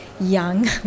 young